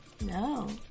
No